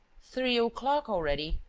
three o'clock already?